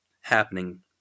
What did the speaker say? happening